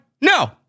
No